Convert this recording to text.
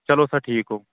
چلو سَر ٹھیٖک گوٚو